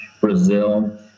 Brazil